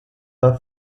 war